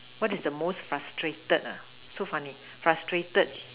what is the most frustrated ah so funny frustrated